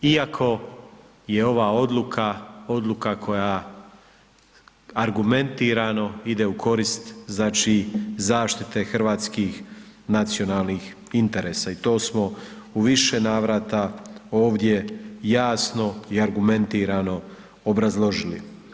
Iako je ova odluka, odluka koja argumentirano ide u korist, znači zaštite hrvatskih nacionalnih interesa i to smo u više navrata ovdje jasno i argumentirano obrazložili.